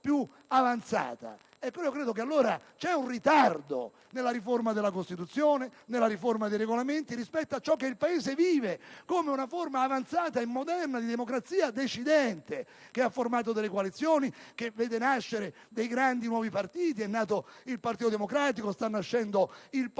Credo allora che ci sia un ritardo nella riforma della Costituzione e dei Regolamenti rispetto a ciò che il Paese vive come una forma avanzata e moderna di democrazia decidente, che ha formato delle coalizioni, che vede nascere nuovi grandi partiti: è nato il Partito Democratico, sta nascendo il Popolo